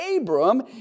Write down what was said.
Abram